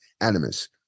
animus